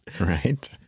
Right